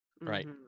Right